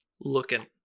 looking